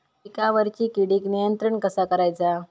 पिकावरची किडीक नियंत्रण कसा करायचा?